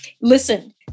Listen